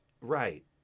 Right